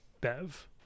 Bev